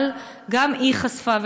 אבל גם היא חשפה,